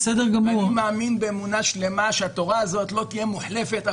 אני מאמין באמונה שלמה שהתורה הזאת לא תהיה מוחלפת,